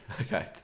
okay